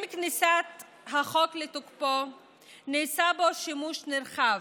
עם כניסת החוק לתוקפו נעשה בו שימוש נרחב.